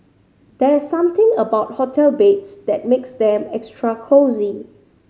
there's something about hotel beds that makes them extra cosy